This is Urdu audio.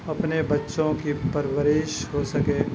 اپنے بچوں کی پرورش ہو سکے